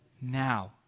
now